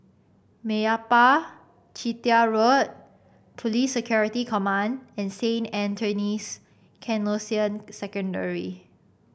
Meyappa Chettiar Road Police Security Command and Saint Anthony's Canossian Secondary